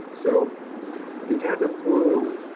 so if you've had the flu,